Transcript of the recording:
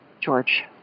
George